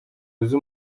uzi